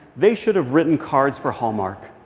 they should have written cards for hallmark,